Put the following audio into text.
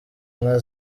inka